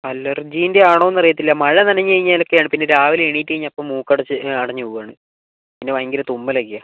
അലർജീൻ്റെ ആണോ എന്ന് അറിയത്തില്ല മഴ നനഞ്ഞ് കഴിഞ്ഞാലൊക്കെയാണ് പിന്നെ രാവിലെ എണീറ്റ് കഴിഞ്ഞാൽ അപ്പം മൂക്ക് അടച്ച് അടഞ്ഞ് പോവുവാണ് പിന്നെ ഭയങ്കര തുമ്മൽ ഒക്കെയാണ്